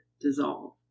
dissolve